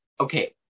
okay